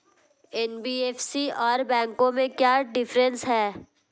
NBFC और बैंकों में क्या डिफरेंस है?